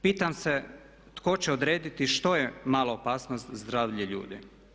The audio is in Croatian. Pitam se tko će odrediti što je mala opasnost za zdravlje ljudi.